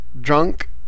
drunk